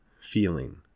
feeling